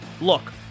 Look